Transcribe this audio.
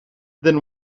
then